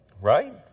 Right